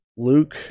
Luke